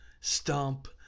Stomp